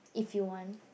if you want